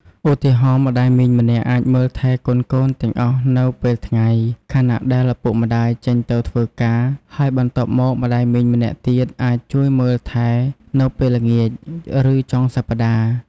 ឧទាហរណ៍ ម្ដាយមីងម្នាក់អាចមើលថែកូនៗទាំងអស់នៅពេលថ្ងៃ ខណៈដែលឪពុកម្ដាយចេញទៅធ្វើការ ហើយបន្ទាប់មកម្ដាយមីងម្នាក់ទៀតអាចជួយមើលថែនៅពេលល្ងាច ឬចុងសប្តាហ៍។